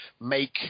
make